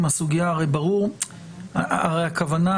התפיסה שלנו היא בהחלט שונה.